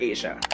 Asia